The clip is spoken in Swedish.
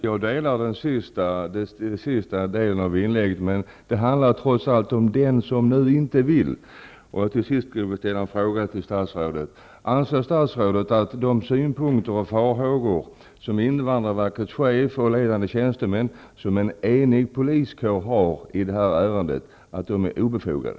Herr talman! Jag delar den sista delen av inlägget. Men det handlar trots allt om de som inte vill lämna landet. Till sist vill jag ställa en fråga till statsrådet. Anser statsrådet att de synpunkter och farhågor som invandrarverkets chef och ledande tjänstemän och en samlad poliskår har i det här ärendet är obefogade?